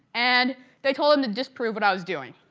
and they told him to disprove what i was doing.